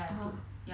(uh huh)